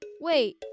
Wait